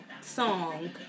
song